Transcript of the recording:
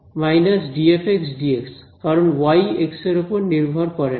− df dx কারণ y x এর ওপর নির্ভর করে না